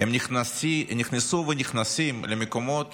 הם נכנסו ונכנסים למקומות